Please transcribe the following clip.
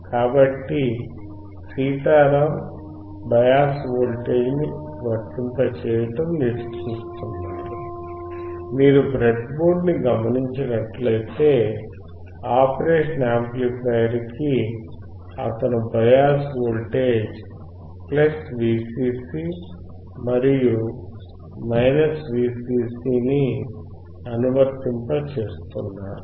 కాబట్టి సీతారం bias voltage ని వర్తింపచేయటం మీరు చూస్తున్నారు మీరు బ్రెడ్ బోర్డ్ ని గమనించినట్లయితే ఆపరేషన్ యాంప్లిఫయర్ కి అతను బయాస్ వోల్టేజ్ VCC మరియు VCC ని అనువర్తింపచేస్తున్నారు